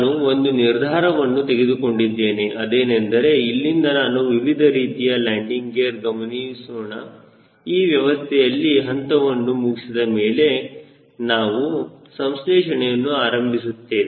ನಾನು ಒಂದು ನಿರ್ಧಾರವನ್ನು ತೆಗೆದುಕೊಂಡಿದ್ದೇನೆ ಅದೇನೆಂದರೆ ಇಲ್ಲಿಂದ ನಾವು ವಿವಿಧ ರೀತಿಯ ಲ್ಯಾಂಡಿಂಗ್ ಗೇರ್ ಗಮನಿಸೋಣ ಆ ವ್ಯವಸ್ಥೆಯಲ್ಲಿ ಹಂತವನ್ನು ಮುಗಿಸಿದ ಮೇಲೆ ನಾವು ಸಂಶ್ಲೇಷಣೆಯನ್ನು ಆರಂಭಿಸುತ್ತೇವೆ